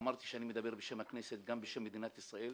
ואמרתי שאני מדבר בשם הכנסת וגם בשם מדינת ישראל.